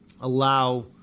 allow